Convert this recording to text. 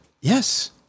Yes